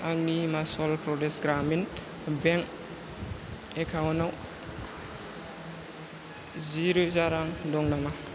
आंनि Himachal Pradesh Gramin bank account आव जि रोजा रां दं नामा